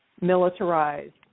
militarized